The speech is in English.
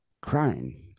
crying